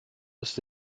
ist